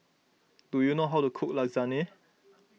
do you know how to cook Lasagne